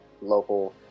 local